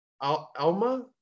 Alma